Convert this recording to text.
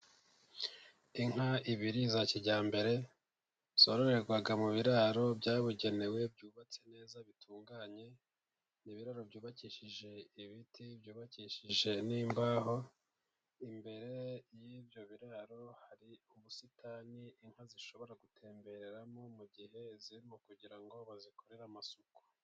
Inka ebyiri za kijyambere, zororerwa mu biraro byabugenewe, byubatse neza, bitunganye, ibiraro byubakishije ibiti, byubakishije n'imbaho. Imbere y'ibyo biraro hari ubusitani, inka zishobora gutembereramo, mu gihe zirimo kugira ngo bazikorere amasuku.